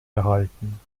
erhalten